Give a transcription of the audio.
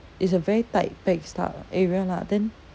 it's a very tight pack start area lah then